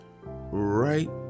right